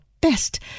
best